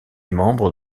membre